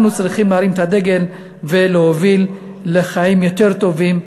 אנחנו צריכים להרים את הדגל ולהוביל לחיים טובים יותר,